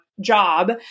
job